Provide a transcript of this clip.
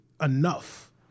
Enough